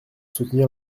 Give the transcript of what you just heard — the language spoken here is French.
soutenir